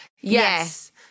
Yes